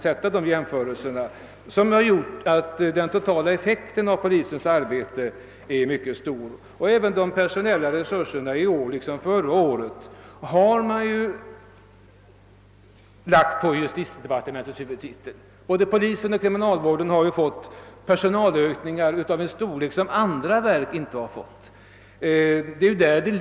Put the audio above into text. Detta har gjort att den totala effekten av polisens arbete är mycket stor. Ökningen av de personella resurserna inom polisväsendet har man i år liksom förra året i huvudsak lagt på justitiedepartementets huvudtitel; både polisen och kriminalvården har ju fått personalökningar av en storlek som andra verksamhetsgrenar inte fått.